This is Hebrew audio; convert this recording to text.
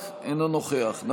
אינו נוכח רם בן ברק,